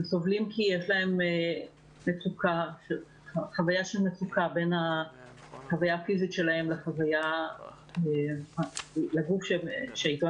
הם סובלים כי יש להם חוויה של מצוקה בין החוויה הפיזית שלהם לגוף שאיתו